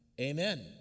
Amen